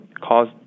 cause